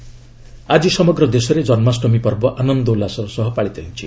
ଜନ୍ମାଷ୍ଟମୀ ଆଜି ସମଗ୍ର ଦେଶରେ ଜନ୍କାଷ୍ଟମୀ ପର୍ବ ଆନନ୍ଦ ଉଲ୍ଲାସର ସହ ପାଳିତ ହେଉଛି